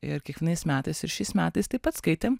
ir kiekvienais metais ir šiais metais taip pat skaitėm